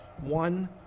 one